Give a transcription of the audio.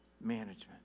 management